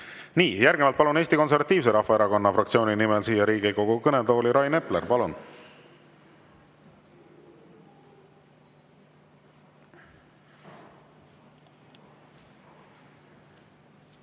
järgnevalt palun Eesti Konservatiivse Rahvaerakonna fraktsiooni nimel siia Riigikogu kõnetooli Rain Epleri. Palun!